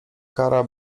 kara